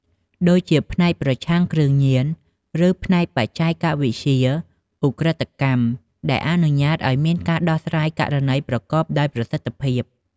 ដូចជាផ្នែកប្រឆាំងគ្រឿងញៀន ឬផ្នែកបច្ចេកវិទ្យាឧក្រិដ្ឋកម្ម ដែលអនុញ្ញាតឱ្យមានការដោះស្រាយករណីប្រកបដោយប្រសិទ្ធភាព។